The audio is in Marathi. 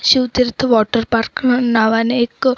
शिवतिर्थ वॉटर पार्क न नावाने एक